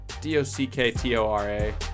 D-O-C-K-T-O-R-A